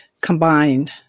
combined